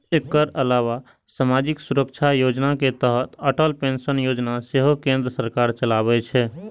एकर अलावा सामाजिक सुरक्षा योजना के तहत अटल पेंशन योजना सेहो केंद्र सरकार चलाबै छै